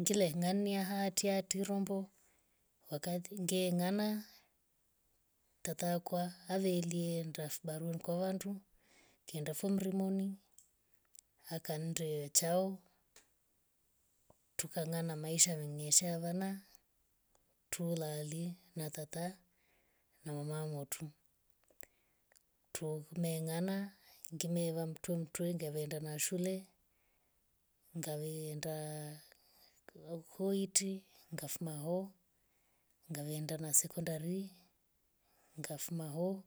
Ngile ngania hatihatati rombo wakati nge ngana tatakwa avieli aveenda fibaruani kwa wandu. kaenda fumrimuni akaenda chao tukangana na maisha mengi sha wana tulalya na tata na mama motu. tumee ngana ngimeuya mtu- mtuwe ngavend na shule. ngavenda ukuiti ngafuma hoo. ngaveenda na sekondari ngafuma hoo